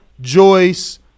Joyce